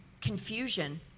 confusion